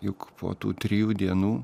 juk po tų trijų dienų